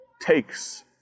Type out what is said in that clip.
takes